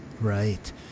right